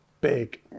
big